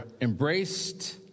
embraced